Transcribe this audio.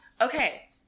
Okay